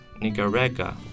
Nicaragua